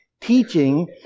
teaching